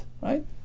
right